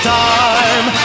time